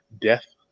death